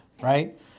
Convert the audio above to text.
right